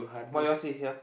what yours says here